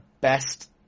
best